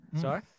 Sorry